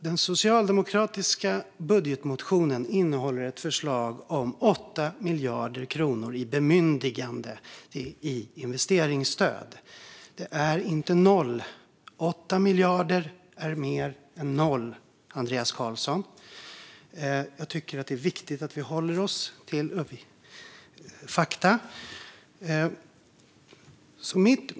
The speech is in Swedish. Den socialdemokratiska budgetmotionen innehåller ett förslag om ett bemyndigande omfattande 8 miljarder kronor i investeringsstöd. Det är inte noll. 8 miljarder är mer än noll, Andreas Carlson. Jag tycker att det är viktigt att vi håller oss till fakta.